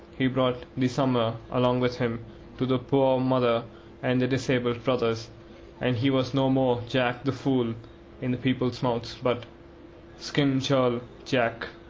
he brought the summer along with him to the poor mother and the disabled brothers and he was no more jack the fool in the people's mouths, but skin churl jack.